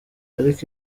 ariko